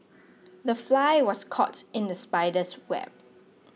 the fly was caught in the spider's web